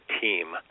team